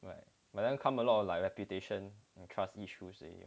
but then come a lot of like reputation and trust issues